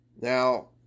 Now